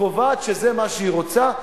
קובעת שזה מה שהיא רוצה,